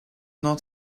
not